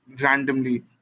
randomly